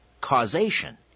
causation